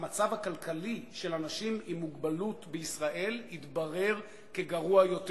המצב הכלכלי של אנשים עם מוגבלות בישראל התברר כגרוע יותר.